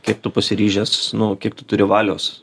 kiek tu pasiryžęs nu kiek tu turi valios